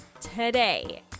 today